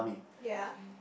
ya